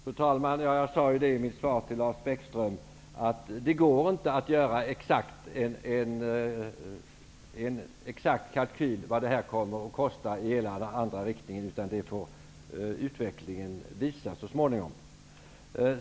Fru talman! Jag sade i mitt svar till Lars Bäckström att det inte går att göra en exakt kalkyl av vad detta kommer att kosta i den ena eller den andra riktningen, utan det får utvecklingen visa så småningom.